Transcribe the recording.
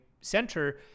center